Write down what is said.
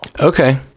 Okay